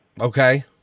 Okay